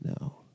No